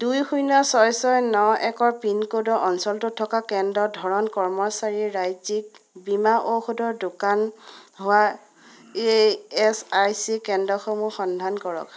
দুই শূণ্য ছয় ছয় ন একৰ পিন ক'ডৰ অঞ্চলটোত থকা কেন্দ্ৰৰ ধৰণ কৰ্মচাৰীৰ ৰাজ্যিক বীমা ঔষধৰ দোকান হোৱা ই এচ আই চি কেন্দ্ৰসমূহ সন্ধান কৰক